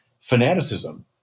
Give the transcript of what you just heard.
fanaticism